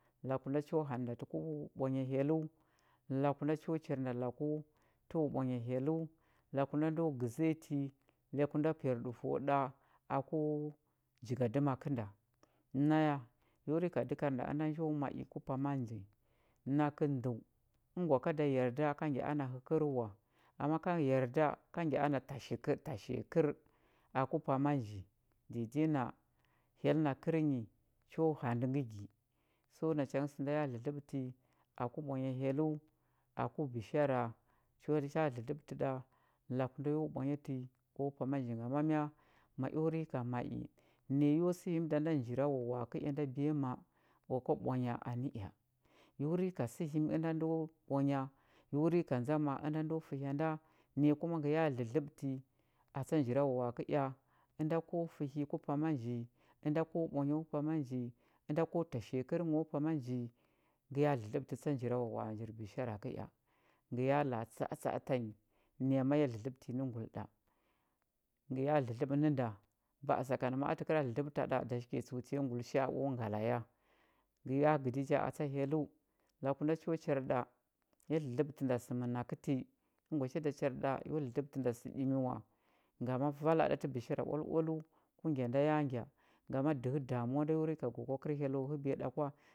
Laku nda cho handə nda tə ku ɓwanya hyelləu laku nda cho char nda laku təwa ɓwanya hyelləu laku nda ndo gəziya ti laku nda piyarɗufəu ɗa aku jigadəma kənda naya yo rika dəkar nda ənda njo ma i ku pama nji nakə ndəu əngwa ka da yarda ka ngya ana həkər wa ama ka yarda ka ngya ana tashikər aku pama nji dede na hyell na kərnyi cho handə ngə gi so nacha ngə sə nda ya lədləɓətə aku ɓwanya hyelləu aku bishara cho cha dlədləɓətə ɗa laku nda yo ɓwanya tə aku pama nji gama mya ma eo rika ma i naya yo səhimi da nda njirawawa a kəea nda biyama akwa ɓwanya a nə ea yo rika səhimi ənda ndo ɓwanya yo rika ndzama ənda ndo fə hya nda naya kuma ngə ya dlədləɓətə a tsa njirawawa a kəea ənda ko fə hi ku pama nji ənda ko ɓwanyo pama nji ənda ko tashiya kərngho pama nji ngə ya dlədləɓətə tsa njirawawa a njir bishara kəea ngə ya la a tsa atsa a tanyi naya ma a ya dlədləɓətə nyi nə nguli ɗa ngə ya lədləɓə nə nda ba a sakan ma a təkəra dlədləɓə ta ɗa dashike tsəutanyi ngulisha a o ngala ya ngə ya gədi ja a tsa hyelləu laku nda cho char ɗa ya dlədləɓətə nda sə mənakə ti əngwa cha da char ɗa yo dlədləɓətə nda sə ɗimi wa gama vala ɗa tə bishara oaloaləu ku gya nda ya ngya gama dəhə damuwa nda yo rika gwa kwa kəl hyello həbiya ɗa kwa,